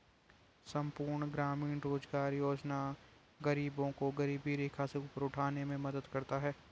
संपूर्ण ग्रामीण रोजगार योजना गरीबों को गरीबी रेखा से ऊपर उठाने में मदद करता है